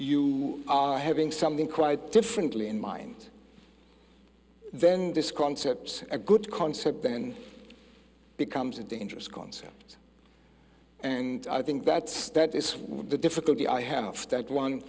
you are having something quite differently in mind then this concepts a good concept then becomes a dangerous concept and i think that stat is the difficulty i have that one